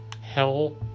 Hell